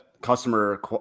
customer